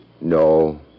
No